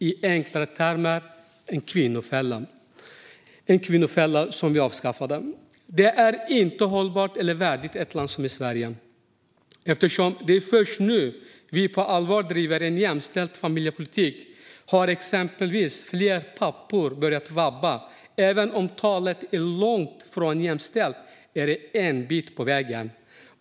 I enklare termer är det en kvinnofälla, som vi har avskaffat. Detta är inte hållbart eller värdigt ett land som Sverige. Eftersom det är först nu vi på allvar driver en jämställd familjepolitik har exempelvis fler pappor börjat vabba. Även om talet är långt ifrån jämställt är det en bit på vägen.